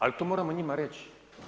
Ali to moramo njima reći.